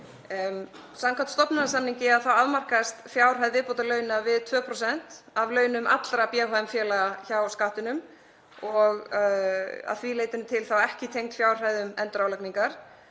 Samkvæmt stofnanasamningi afmarkast fjárhæð viðbótarlauna við 2% af launum allra BHM-félaga hjá Skattinum og er að því leytinu til þá ekki tengd fjárhæðum endurálagningar.